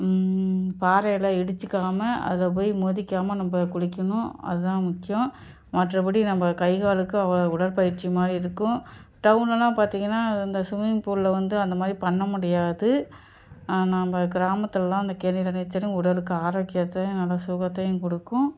பாறையில் இடிச்சுக்காம அதில் போய் மோதிக்காமல் நம்ப குளிக்கணும் அதுதான் முக்கியம் மற்றபடி நம்ப கை காலுக்கு அவ்வளோ உடற்பயிற்சி மாதிரி இருக்கும் டவுனெலாம் பார்த்தீங்கன்னா இந்த ஸ்விம்மிங் பூலில் வந்து அந்த மாதிரி பண்ண முடியாது நம்ப கிராமத்திலலாம் அந்த கேணியில் நீச்சலும் உடலுக்கு ஆரோக்கியத்தையும் நல்லா சுகத்தையும் கொடுக்கும்